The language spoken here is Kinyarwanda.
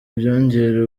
byongera